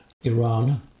Iran